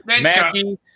Mackie